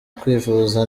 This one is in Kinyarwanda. kwivuza